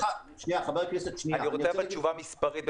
חבר הכנסת -- אבל אני רוצה תשובה מספרית.